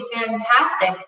fantastic